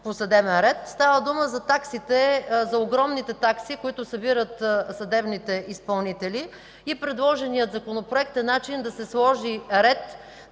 по съдебен ред. Става дума за огромните такси, които събират съдебните изпълнители. Предложеният Законопроект е начин да се сложи ред,